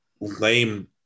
lame